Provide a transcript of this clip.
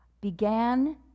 began